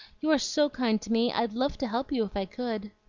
you are so kind to me, i'd love to help you if i could.